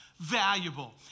valuable